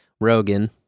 Rogan